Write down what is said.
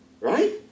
Right